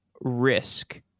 risk